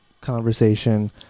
conversation